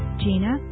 gina